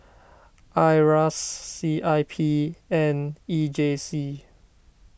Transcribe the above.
Iras C I P and E J C